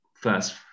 first